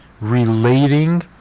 relating